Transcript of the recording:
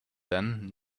then